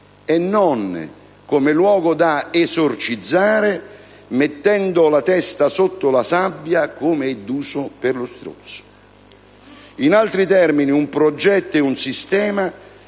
e non come luogo da esorcizzare, mettendo la testa sotto la sabbia come è d'uso per lo struzzo. In altri termini un progetto e un sistema